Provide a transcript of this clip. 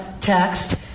text